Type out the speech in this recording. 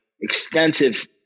extensive